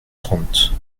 trente